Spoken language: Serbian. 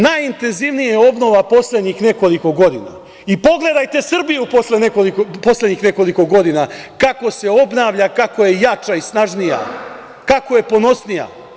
Najintenzivnija obnova je poslednjih nekoliko godina i pogledajte Srbiju poslednjih nekoliko godina kako se obnavlja, kako je jača i snažnija, kako je ponosnija.